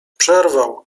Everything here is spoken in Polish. przerwał